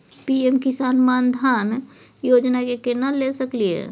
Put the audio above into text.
PM Kisan Maan Dhan Yojana के केना ले सकलिए?